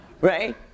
Right